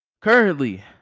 Currently